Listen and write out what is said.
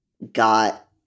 Got